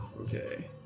Okay